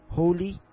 holy